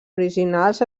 originals